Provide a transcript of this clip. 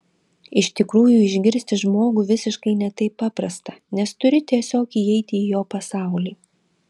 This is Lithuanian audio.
iš tikrųjų išgirsti žmogų visiškai ne taip paprasta nes turi tiesiog įeiti į jo pasaulį